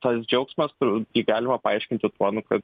tas džiaugsmas kur jį galima paaiškinti tuo nu kad